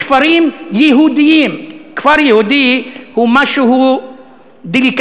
בכפרים יהודיים, כפר יהודי הוא משהו "דליקטס";